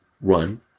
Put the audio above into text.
Run